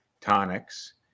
tonics